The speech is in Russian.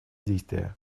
действия